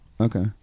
okay